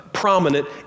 Prominent